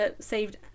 saved